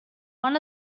one